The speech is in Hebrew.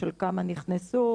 של כמה נכנסו,